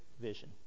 vision